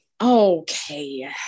Okay